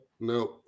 no